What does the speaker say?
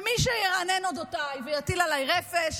מי שירנן אודותיי ויטיל עליי רפש,